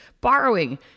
borrowing